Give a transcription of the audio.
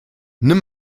nimm